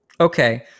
Okay